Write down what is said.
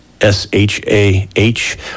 S-H-A-H